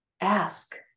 Ask